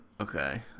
okay